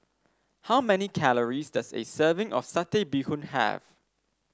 how many calories does a serving of Satay Bee Hoon have